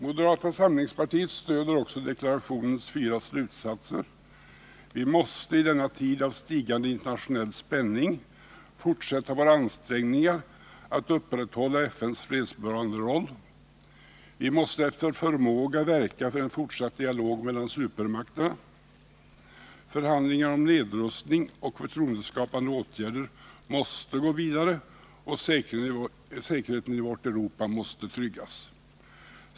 Moderata samlingspartiet stöder också deklarationens fyra slutsatser. Vi måste i denna tid av stigande internationell spänning fortsätta våra ansträngningar att upprätthålla FN:s fredsbevarande roll: Vi måste efter förmåga verka för en fortsatt dialog mellan supermakterna. Förhandlingarna om nedrustning och förtroendeskapande åtgärder måste gå vidare och säkerheten i vårt Europa måste tryggas.